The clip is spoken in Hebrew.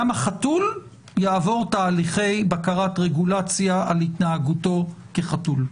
גם החתול יעבור תהליכי בקרת רגולציה על התנהגותו כחתול,